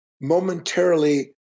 momentarily